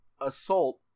assault